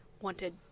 wanted